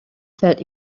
felt